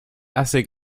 assez